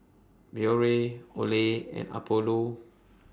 Biore Olay and Apollo